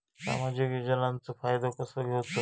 सामाजिक योजनांचो फायदो कसो घेवचो?